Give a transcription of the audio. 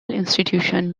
institution